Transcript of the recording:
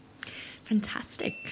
Fantastic